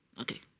Okay